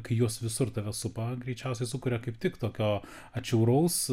kai jos visur tave supa greičiausiai sukuria kaip tik tokio atšiauraus